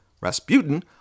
Rasputin